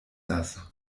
das